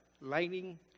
lighting